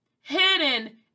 hidden